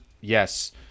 Yes